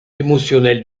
émotionnel